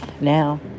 now